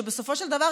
שבסופו של דבר,